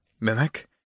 Mimic